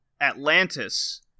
Atlantis